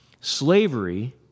slavery